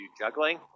juggling